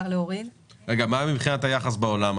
מה מבחינת היחס בעולם?